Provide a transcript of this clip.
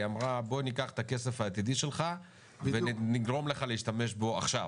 היא אמרה: בוא ניקח את הכסף העתידי שלך ונגרום לך להשתמש בו עכשיו.